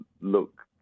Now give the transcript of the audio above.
look